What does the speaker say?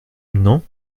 non